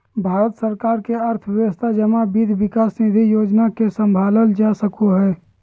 भारत सरकार के अर्थव्यवस्था जमा वित्त विकास निधि योजना से सम्भालल जा सको हय